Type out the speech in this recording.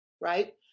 right